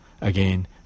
Again